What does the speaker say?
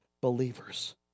believers